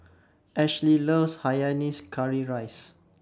Ashely loves Hainanese Curry Rice